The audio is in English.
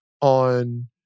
on